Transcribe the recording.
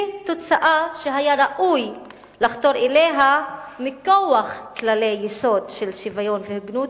ותוצאה שהיה ראוי לחתור אליה מכוח כללי יסוד של שוויון והוגנות,